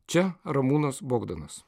čia ramūnas bogdanas